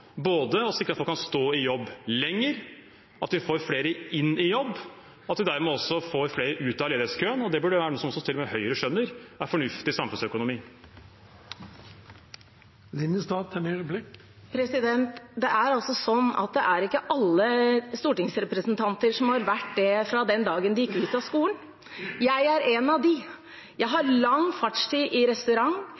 å sikre både at folk kan stå i jobb lenger, at vi får flere inn i jobb, og at vi dermed også får flere ut av ledighetskøen. Det burde være noe som til og med Høyre skjønner er fornuftig samfunnsøkonomi. Det er ikke alle stortingsrepresentanter som har vært det fra den dagen de gikk ut av skolen. Jeg er en av dem, jeg har